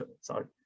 sorry